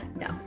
no